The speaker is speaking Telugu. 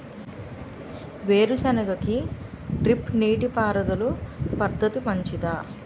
వేరుసెనగ కి డ్రిప్ నీటిపారుదల పద్ధతి మంచిదా?